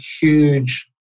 huge